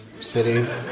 City